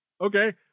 Okay